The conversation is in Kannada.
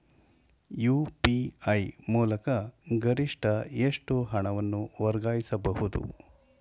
ಯು.ಪಿ.ಐ ಮೂಲಕ ಗರಿಷ್ಠ ಎಷ್ಟು ಹಣವನ್ನು ವರ್ಗಾಯಿಸಬಹುದು?